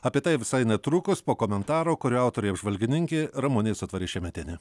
apie tai visai netrukus po komentaro kurio autorė apžvalgininkė ramunė sotvarė šemetienė